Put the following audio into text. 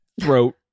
throat